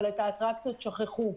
אבל את האטרקציות שכחו.